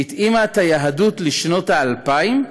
שהתאימה את היהדות לשנות האלפיים,